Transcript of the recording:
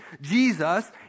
Jesus